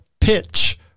pitch